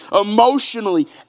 emotionally